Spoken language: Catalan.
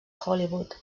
hollywood